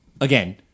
again